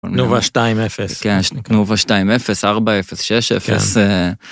תנובה 2-0, 4-0, 6-0.